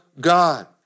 God